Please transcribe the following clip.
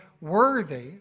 worthy